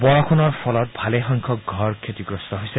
বৰষুণৰ ফলত ভালেসংখ্যক ঘৰ ক্ষতিগ্ৰস্ত হৈছে